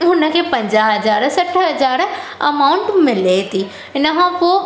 हुनखे पंजाह हज़ार सठि हज़ार अमाउंट मिले थी हिनखां पोइ